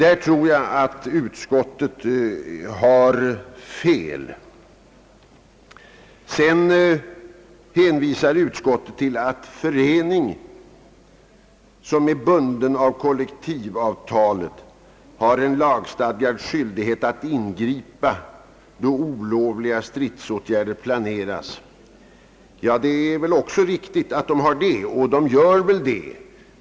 Jag tror att utskottet där har fel i sin uppfattning. Vidare hänvisar utskottet till att förening som är bunden av kollektivavtal har lagstadgad skyldighet att ingripa då olovliga stridsåtgärder planeras. Det är riktigt, och den ingriper väl också när så är påkallat.